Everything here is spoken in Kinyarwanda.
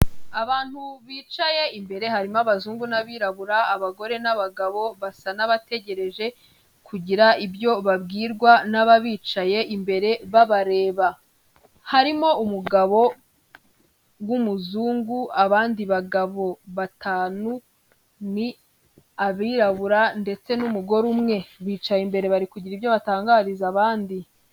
Abantu bicaye imbere harimo abazungu n'abirabura, abagore n'abagabo, basa n'abategereje kugira ibyo babwirwa n'ababicaye imbere babareba, harimo umugabo w'umuzungu, abandi bagabo batanu ni abirabura ndetse n'umugore umwe, bicaye imbere bari kugira ibyo batangariza abandi.